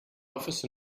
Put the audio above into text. office